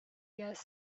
gas